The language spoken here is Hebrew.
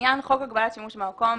לעניין חוק הגבלת שימוש במקום,